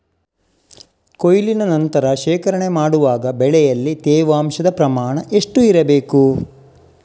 ಕೊಯ್ಲಿನ ನಂತರ ಶೇಖರಣೆ ಮಾಡುವಾಗ ಬೆಳೆಯಲ್ಲಿ ತೇವಾಂಶದ ಪ್ರಮಾಣ ಎಷ್ಟು ಇರಬೇಕು?